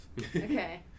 Okay